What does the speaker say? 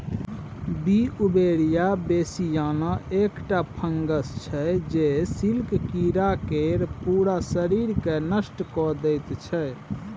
Beauveria bassiana एकटा fungus छै जे सिल्क कीरा केर पुरा शरीरकेँ नष्ट कए दैत छै